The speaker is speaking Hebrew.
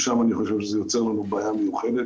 ושם אני חושב שזה יוצר לנו בעיה מיוחדת.